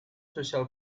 social